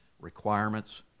requirements